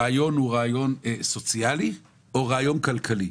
הרעיון הוא רעיון סוציאלי או רעיון כלכלי?